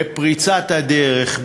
בפריצת הדרך,